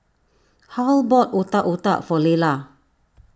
Harl bought Otak Otak for Lelah